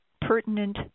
pertinent